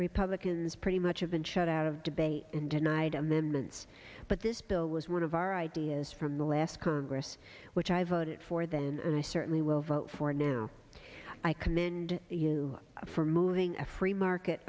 republicans pretty much have been shut out of debate and denied amendments but this bill was one of our ideas from the last congress which i voted for than i certainly will vote for now i commend you for moving a free market